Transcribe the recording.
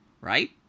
right